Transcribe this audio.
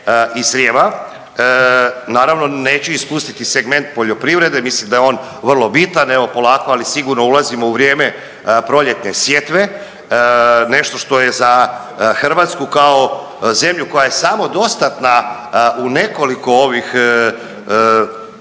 i Srijema naravno neću ispustiti segment poljoprivredne mislim da je on vrlo bitan, evo polako ali sigurno ulazimo u vrijeme proljetne sjetve. Nešto što je za Hrvatsku kao zemlju koja je samodostatna u nekoliko ovih